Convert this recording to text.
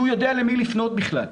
שהוא יידע למי לפנות בכלל,